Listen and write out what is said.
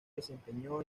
desempeñó